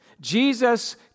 Jesus